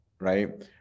right